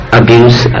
abuse